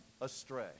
astray